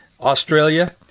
Australia